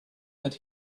that